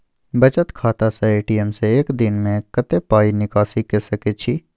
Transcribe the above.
बचत खाता स ए.टी.एम से एक दिन में कत्ते पाई निकासी के सके छि?